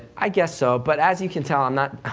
i guess so, but as you can tell, i'm not,